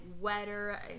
wetter